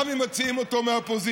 גם אם מציעים אותו מהאופוזיציה.